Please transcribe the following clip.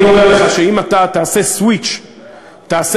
אני אומר לך שאם אתה תעשה סוויץ'; תעשה,